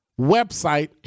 website